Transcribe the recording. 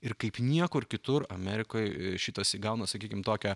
ir kaip niekur kitur amerikoj šitas įgauna sakykim tokią